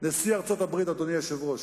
נשיא ארצות-הברית, אדוני היושב-ראש,